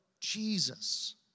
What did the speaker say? Jesus